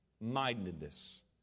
mindedness